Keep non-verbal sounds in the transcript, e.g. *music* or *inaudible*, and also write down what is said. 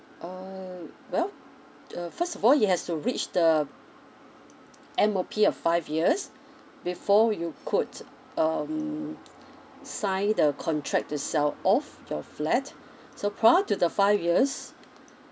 uh well uh first of all it has to reach the *noise* M_O_P of five years before you could um sign the contract to sell off your flat so prior to the five years